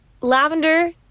lavender